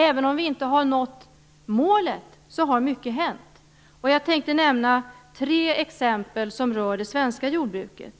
Även om vi inte har nått målet, har mycket hänt. Jag tänker nämna tre exempel som rör det svenska jordbruket.